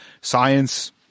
science